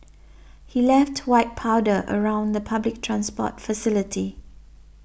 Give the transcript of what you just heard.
he left white powder around the public transport facility